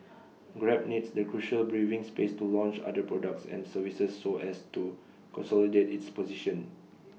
grab needs the crucial breathing space to launch other products and services so as to consolidate its position